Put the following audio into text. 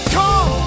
come